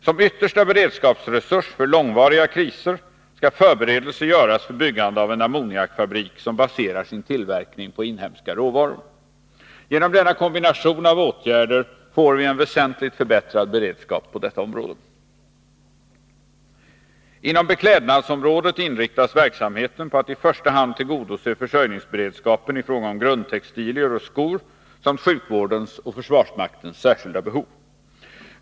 Som yttersta beredskapsresurs för långvariga kriser skall förberedelser göras för byggande av en ammoniakfabrik, som baserar sin tillverkning på inhemska råvaror. Med denna kombination av åtgärder får vi en väsentlig förbättring av beredskapen på detta område. Inom beklädnadsområdet inriktas verksamheten på att i första hand tillgodose försörjningsberedskapen i fråga om grundtextilier och skor samt sjukvårdens och försvarsmaktens särskilda behov.